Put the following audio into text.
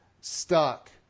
stuck